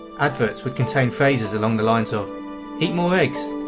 adverts would contain phrases along the lines of eat more eggs,